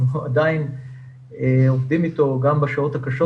אנחנו עדיין עובדים איתו וגם בשעות הקשות